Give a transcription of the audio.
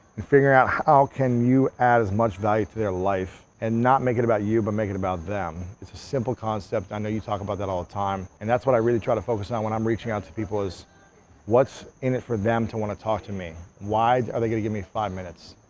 and figuring out how can you add as much value to their life, and not make it about you, but make it about them. it's a simple concept. i know you talk about that all the time. and, that's what i really try to focus on when i'm reaching out to people, is what's in it for them to wanna talk to me? why are they gonna give me five minutes?